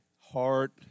heart